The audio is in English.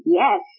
yes